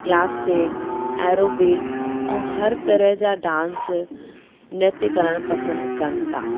classic aerobic ऐं हर तरह जा डांस नृत्य करणु पसंदि कनि था